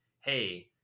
hey